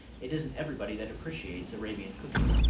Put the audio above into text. it isn't everybody that appreciates arabian cooking.